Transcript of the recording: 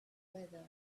weather